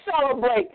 celebrate